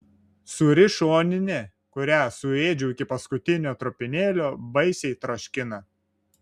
sūri šoninė kurią suėdžiau iki paskutinio trupinėlio baisiai troškina